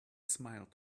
smiled